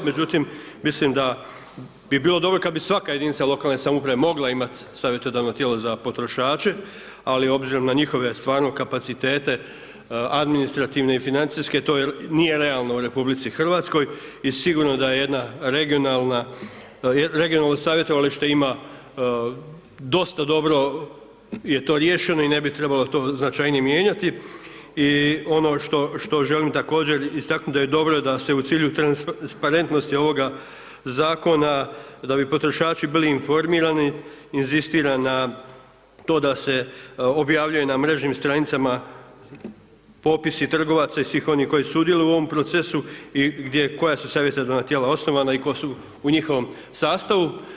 Međutim mislim da bi bilo dobro kad bi svaka jedinica lokalne samouprave mogla imati savjetodavno tijelo za potrošače, ali obzirom na njihove stvarno kapacitete, administrativne i financijske to je, nije realno u RH i sigurno da je jedna regionalna, regionalno savjetovalište ima dosta dobro je to riješeno i ne bi trebalo to značajnije mijenjati i ono što želim također istaknuti da je dobro da se u cilju transparentnosti ovoga Zakona, da bi potrošači bili informirali, inzistira na to da se objavljuje na mrežnim stranicama popisi trgovaca i svih onih koji sudjeluju u ovom procesu i gdje, koja su savjetodavna tijela osnovana i tko su u njihovom sastavu.